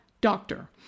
doctor